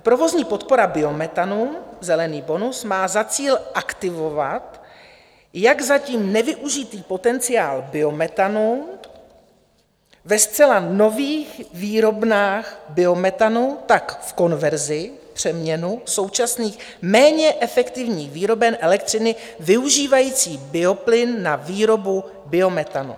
Provozní podpora biometanu, zelený bonus, má za cíl aktivovat jak zatím nevyužitý potenciál biometanu ve zcela nových výrobnách biometanu, tak konverzi, přeměnu, současných méně efektivních výroben elektřiny využívajících bioplyn na výrobu biometanu.